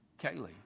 Kaylee